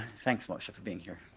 thanks moshe for being here.